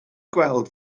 gweld